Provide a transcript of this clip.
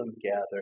gather